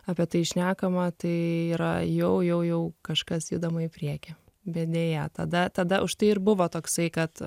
apie tai šnekama tai yra jau jau kažkas judama į priekį bet deja tada tada užtai ir buvo toksai kad